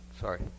Sorry